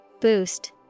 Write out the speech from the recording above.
Boost